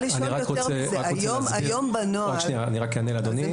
היום בנוהל